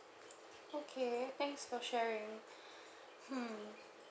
okay thanks for sharing hmm